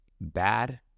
bad